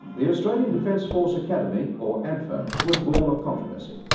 the australian defence force academy or adfa was born of controversy.